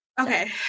okay